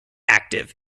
active